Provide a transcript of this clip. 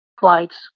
flights